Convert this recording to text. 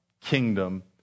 kingdom